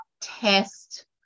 test